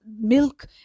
milk